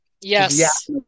Yes